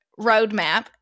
roadmap